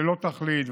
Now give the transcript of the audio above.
ללא תכלית.